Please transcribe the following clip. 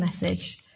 message